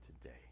today